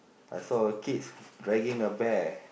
I saw a kids dragging a bear